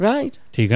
Right